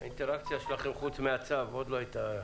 האינטראקציה שלכם, חוץ מהצו, עוד לא הייתה.